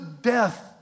death